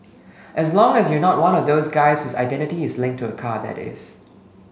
as long as you're not one of those guys whose identity is linked to a car that is